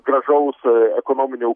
gražaus ekonominio